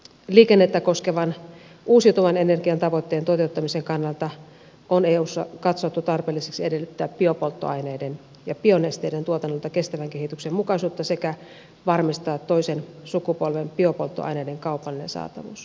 liikennettä koskevan uusiutuvan energian tavoitteen toteuttamisen kannalta on eussa katsottu tarpeelliseksi edellyttää biopolttoaineiden ja bionesteiden tuotannolta kestävän kehityksen mukaisuutta sekä varmistaa toisen sukupolven biopolttoaineiden kaupallinen saatavuus